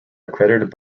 accredited